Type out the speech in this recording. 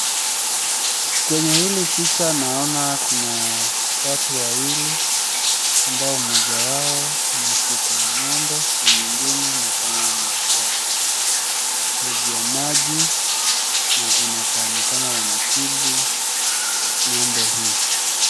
Kwenye hili picha naona kuna watu wawili ambao mmoja wao ameshika ng'ombe na mwingine nikama ameshika geji ya maji na inakaa nikama wanatibu ng'ombe hii.